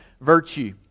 virtue